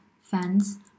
fans